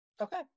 okay